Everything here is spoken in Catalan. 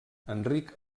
enric